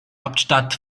hauptstadt